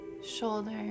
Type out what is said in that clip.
Shoulder